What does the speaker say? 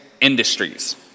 industries